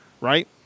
right